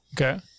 Okay